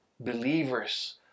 believers